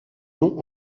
nom